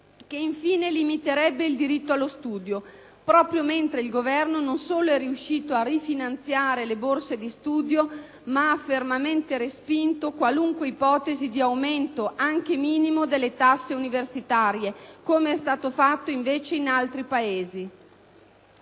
Che, infine, limiterebbe il diritto allo studio, proprio mentre il Governo non solo è riuscito a rifinanziare le borse di studio, ma ha anche fermamente respinto qualunque ipotesi di aumento, anche minimo, delle tasse universitarie, aumento che invece è stato